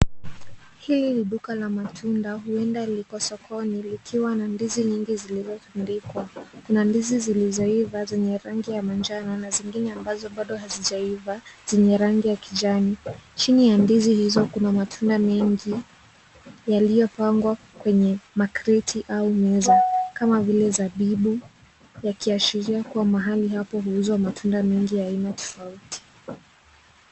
Hili ni duka la matunda huenda likosokoni lakiwa na ndizi nyingi zilizotandikwa kuna ndizi zilizoiva zenye rangi ya manjano na zingine ambazo bado hazijaiva zenye rangi ya kijani , chini ya ndizi hizo kuna matunda mengi yaliyopangwa kwenye makreti au meza kama vile sabibu yakiashiria kuwa mahali hapo uuzwa matunda mingi ya aina tofauti .